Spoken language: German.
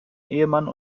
ehemann